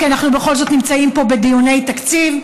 כי אנחנו בכל זאת נמצאים פה בדיוני תקציב,